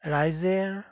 ৰাইজে